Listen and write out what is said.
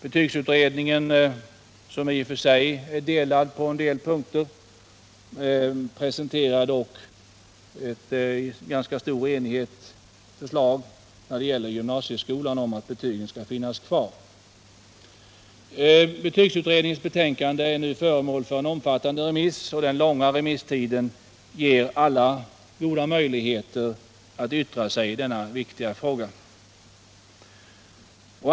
Betygsutredningen, som i och för sig är delad på en del punkter, presenterar dock i ganska stor enighet förslag om att betygen skall finnas kvar när det gäller gymnasieskolan. Betygsutredningens betänkande är nu föremål för en omfattande remiss, och den långa remisstiden ger alla goda möjligheter att yttra sig i denna viktiga fråga.